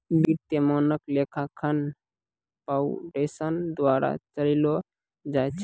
वित्तीय मानक लेखांकन फाउंडेशन द्वारा चलैलो जाय छै